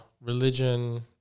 religion